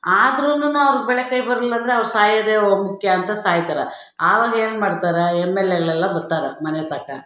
ಆದ್ರುನೂ ಅವ್ರು ಬೆಳೆ ಕೈ ಬರಲಿಲ್ಲ ಅಂದರೆ ಅವ್ರು ಸಾಯೋದೇ ಮುಖ್ಯ ಅಂತ ಸಾಯ್ತಾರೆ ಆವಾಗ ಏನ್ಮಾಡ್ತಾರೆ ಎಮ್ ಎಲ್ ಎಗಳೆಲ್ಲ ಬರ್ತಾರೆ ಮನೆ ತನ್ಕ